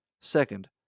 Second